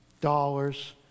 dollars